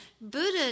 Buddha